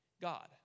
God